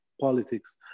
politics